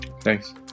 Thanks